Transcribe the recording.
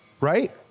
right